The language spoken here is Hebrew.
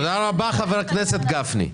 תודה רבה לחבר הכנסת גפני.